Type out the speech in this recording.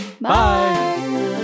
bye